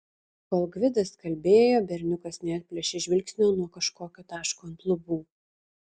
kol gvidas kalbėjo berniukas neatplėšė žvilgsnio nuo kažkokio taško ant lubų